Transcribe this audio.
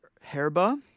herba